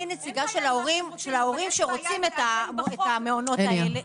אני נציגה של ההורים שרוצים את המעונות האלה.